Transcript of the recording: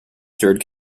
stirred